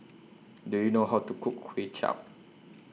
Do YOU know How to Cook Kway Chap